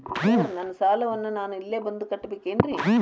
Sir ನನ್ನ ಸಾಲವನ್ನು ನಾನು ಇಲ್ಲೇ ಬಂದು ಕಟ್ಟಬೇಕೇನ್ರಿ?